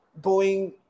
Boeing